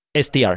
str